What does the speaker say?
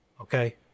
okay